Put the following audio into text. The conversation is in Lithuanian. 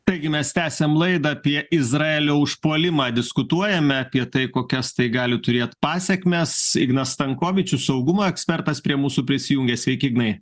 taigi mes tęsiam laidą apie izraelio užpuolimą diskutuojame apie tai kokias tai gali turėt pasekmes ignas stankovičius saugumo ekspertas prie mūsų prisijungė sveiki ignai